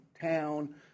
town